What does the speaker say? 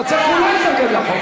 הוא לא מתנגד לחוק,